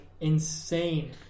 insane